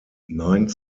nine